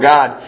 God